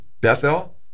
Bethel